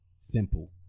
Simple